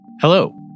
Hello